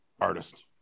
artist